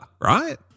right